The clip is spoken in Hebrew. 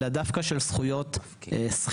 אלא דווקא של זכויות סחירות.